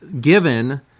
given